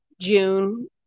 June